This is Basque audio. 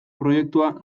proiektua